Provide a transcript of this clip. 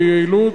ביעילות,